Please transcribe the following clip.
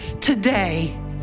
today